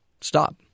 stop